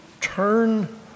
turn